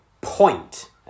point